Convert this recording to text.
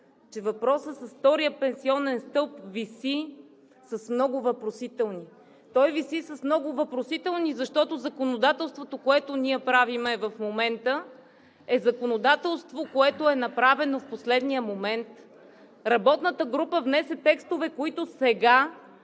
че въпросът с втория пенсионен стълб виси с много въпросителни. Той виси с много въпросителни, защото законодателството, което ние правим в момента, е законодателство, което е направено в последния момент. Работната група внесе текстове, които сега